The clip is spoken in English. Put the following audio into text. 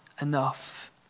enough